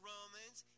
Romans